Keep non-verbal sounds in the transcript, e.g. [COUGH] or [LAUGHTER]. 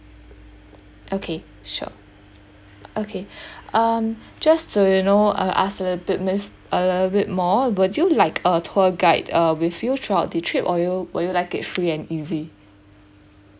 okay sure okay [BREATH] um just to you know uh ask a little bit a little bit more would you like a tour guide uh with you throughout the trip or you would you like it free and easy